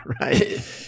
right